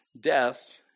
Death